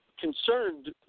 concerned